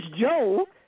Joe